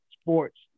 sports